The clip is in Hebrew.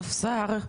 ספסר,